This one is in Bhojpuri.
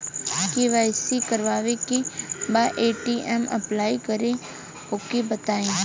के.वाइ.सी करावे के बा ए.टी.एम अप्लाई करा ओके बताई?